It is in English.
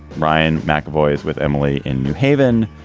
brian macavoy is with emily in new haven.